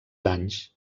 anys